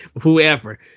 whoever